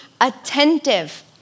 attentive